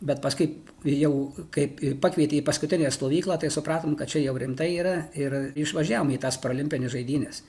bet paskui jau kaip i pakvietė į paskutinę stovyklą tai supratom kad čia jau rimtai yra ir išvažiavom į tas parolimpinių žaidynes